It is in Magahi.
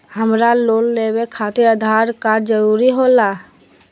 हमरा लोन लेवे खातिर आधार कार्ड जरूरी होला?